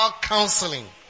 counseling